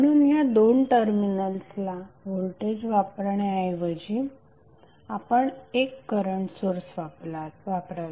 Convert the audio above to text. म्हणून ह्या दोन टर्मिनल्सला व्होल्टेज वापरण्याऐवजी आपण एक करंट सोर्स वापराल